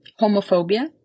homophobia